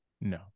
No